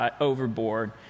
overboard